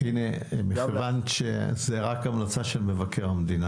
כיוון שזה רק המלצה של מבקר המדינה